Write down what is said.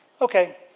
Okay